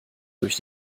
durch